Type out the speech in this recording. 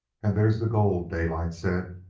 and there's the gold, daylight said.